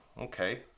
okay